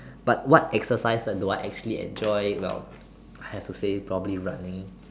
but what exercise do I actually enjoy well I have to say probably running